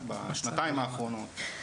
בשנתיים האחרונות,